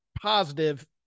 positive